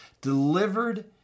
delivered